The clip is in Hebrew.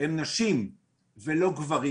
הן נשים ולא גברים